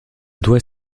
doit